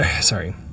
Sorry